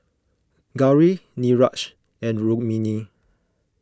Gauri Niraj and Rukmini